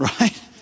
Right